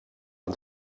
aan